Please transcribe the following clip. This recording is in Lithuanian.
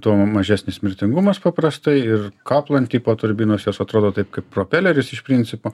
tuo mum mažesnis mirtingumas paprastai ir kaplan tipo turbinos jos atrodo taip kaip propeleris iš principo